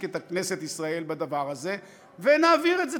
את כנסת ישראל בדבר הזה ונעביר את זה.